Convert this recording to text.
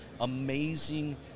amazing